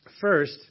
First